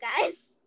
guys